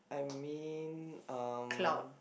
I mean um